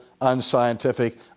unscientific